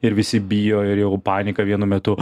ir visi bijo ir jau panika vienu metu